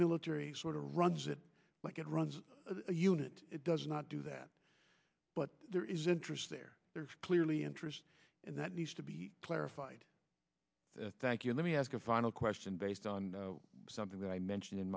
military sort of runs it like it runs a unit it does not do that but there is interest there there's clearly interest in that needs to be clarified thank you let me ask a final question based on something that i mentioned in